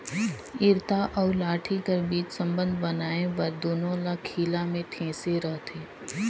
इरता अउ लाठी कर बीच संबंध बनाए बर दूनो ल खीला मे ठेसे रहथे